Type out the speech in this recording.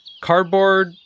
Cardboard